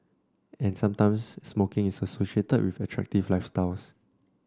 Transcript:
and sometimes smoking is associated with attractive lifestyles